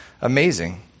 amazing